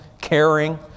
caring